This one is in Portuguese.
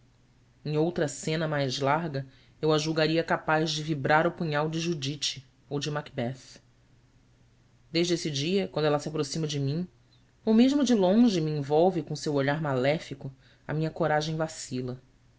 em outra cena mais larga eu a julgaria capaz de vibrar o punhal de judite ou de macbeth desde esse dia quando ela se aproxima de mim ou mesmo de longe me envolve com seu olhar maléfico a minha coragem vacila